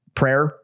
prayer